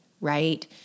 right